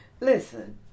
Listen